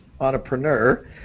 entrepreneur